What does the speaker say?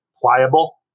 pliable